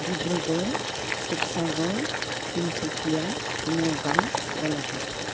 Dibrugarh Sivasagar Tinsukia Nagaon Golaghat